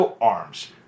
arms